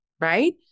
right